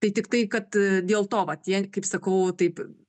tai tiktai kad dėl to vat jie kaip sakau taip